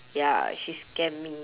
ya she scam me